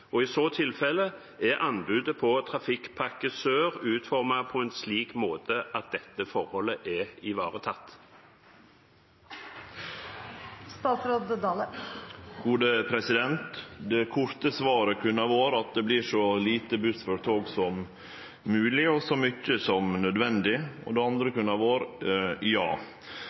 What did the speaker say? og i så tilfelle, er anbudet på Trafikkpakke 1 for Sørlandsbanen utformet på en slik måte at dette forholdet er ivaretatt?» Det korte svaret kunne vore at det vert så lite buss for tog som mogleg og så mykje som nødvendig. Det andre kunne